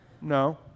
No